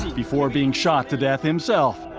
before being shot to death himself.